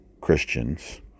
christians